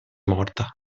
morta